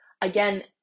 again